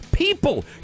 People